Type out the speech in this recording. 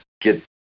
get